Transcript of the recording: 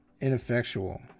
ineffectual